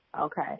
Okay